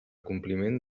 compliment